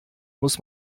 muss